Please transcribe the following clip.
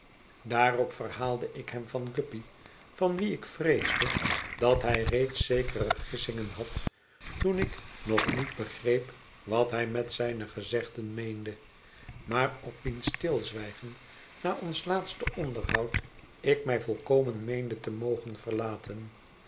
daarop verhaalde ik hem van guppy van wien ik vreesde dat hij reeds zekere gissingen had toen ik nog niet begreep wat hij met zijne gezegden meende maar op wiens stilzwijgen na ons laatste onderhoud ik mij volkomen meende te mogen verlaten